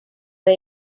rey